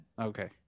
okay